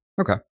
Okay